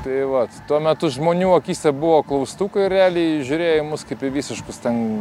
tai va tuo metu žmonių akyse buvo klaustukai realiai žiūrėjo į mus kaip į visiškus ten